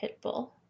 pitbull